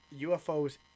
ufos